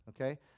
Okay